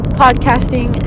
podcasting